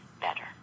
better